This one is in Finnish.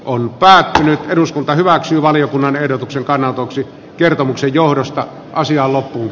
on päättänyt eduskunta hyväksyy valiokunnan ehdotuksen kannanotoksi kertomuksen johdosta asialle j